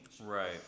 Right